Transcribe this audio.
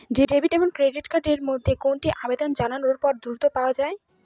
Debit এবং credit card এর মধ্যে কোনটি আবেদন জানানোর পর দ্রুততর পাওয়া য়ায়?